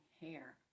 hair